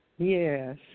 Yes